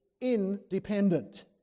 independent